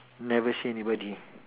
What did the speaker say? never see anybody